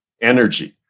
energy